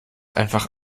einfach